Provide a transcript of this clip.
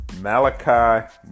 Malachi